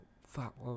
Fuck